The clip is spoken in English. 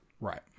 Right